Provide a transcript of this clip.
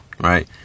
right